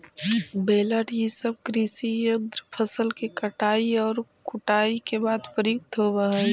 baler इ सब कृषि यन्त्र फसल के कटाई औउर कुटाई के बाद प्रयुक्त होवऽ हई